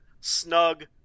snug